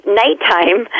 nighttime